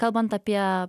kalbant apie